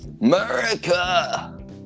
America